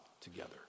together